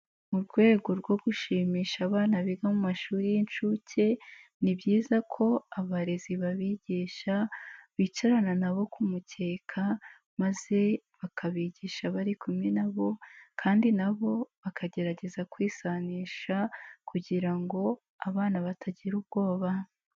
Mu rwego rwo gushimisha abana biga mu mashuri y'incuke, ni byiza ko abarezi babigisha bicarana nabo ku mukeka maze bakabigisha barikumwe nabo kandi nabo bakagerageza kwisanisha kugira ngo abana batagira ubwoba.